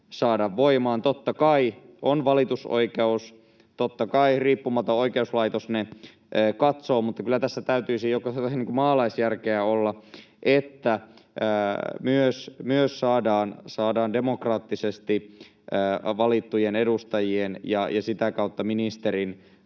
saada voimaan. Totta kai on valitusoikeus, ja totta kai riippumaton oikeuslaitos ne katsoo, mutta kyllä tässä täytyisi jokaisella maalaisjärkeä olla, niin että myös saadaan demokraattisesti valittujen edustajien ja sitä kautta ministerin